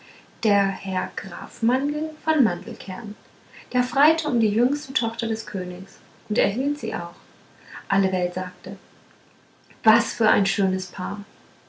der herr graf mandel von mandelkern der freite um die jüngste tochter des königs und erhielt sie auch alle welt sagte was für ein schönes paar